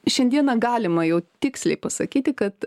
šiandieną galima jau tiksliai pasakyti kad